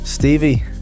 Stevie